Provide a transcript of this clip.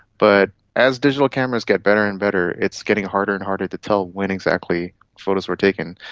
but as digital cameras get better and better, it's getting harder and harder to tell when exactly photos were taken.